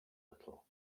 little